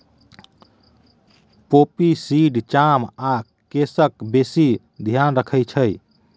poppy seed चाम आ केसक बेसी धेआन रखै छै